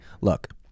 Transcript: Look